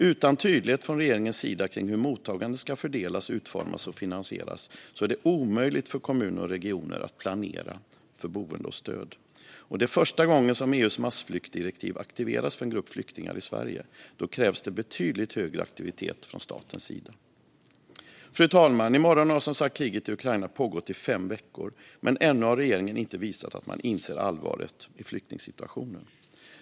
Utan tydlighet från regeringens sida kring hur mottagandet ska fördelas, utformas och finansieras är det omöjligt för kommuner och regioner att planera för boende och stöd. Det är första gången som EU:s massflyktsdirektiv aktiveras för en grupp flyktingar i Sverige. Då krävs det betydligt högre aktivitet från statens sida. Fru talman! I morgon har som sagt kriget i Ukraina pågått i fem veckor, men ännu har regeringen inte visat att man inser allvaret i flyktingsituationen.